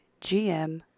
GM